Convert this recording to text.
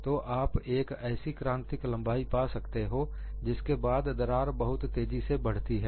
तो आप एक ऐसी क्रांतिक दरार लंबाई पा सकते हो जिसके बाद दरार बहुत तेजी से बढ़ती है